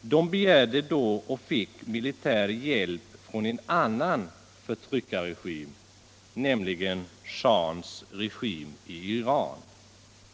Den begärde och fick då militär hjälp från en annan förtryckarregim, nämligen shahens i Iran regim.